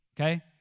Okay